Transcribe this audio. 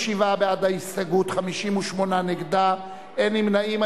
47 בעד ההסתייגות, 58 נגדה, אין נמנעים.